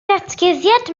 ddatguddiad